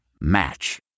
Match